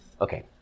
Okay